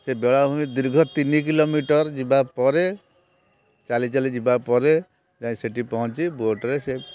ସେ ବେଳାଭୂମି ଦୀର୍ଘ ତିନି କିଲୋମିଟର୍ ଯିବା ପରେ ଚାଲି ଚାଲି ଯିବା ପରେ ଯାଇ ସେଠି ପହଞ୍ଚି ବୋଟ୍ରେ ସେ